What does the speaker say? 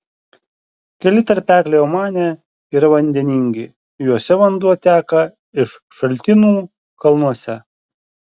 keli tarpekliai omane yra vandeningi juose vanduo teka iš šaltinų kalnuose